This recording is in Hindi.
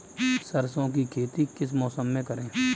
सरसों की खेती किस मौसम में करें?